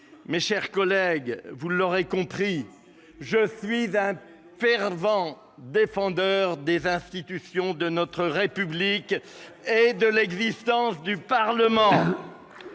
Mes chers collègues, vous l'aurez compris, je suis un fervent défenseur des institutions de notre République et de l'existence du Parlement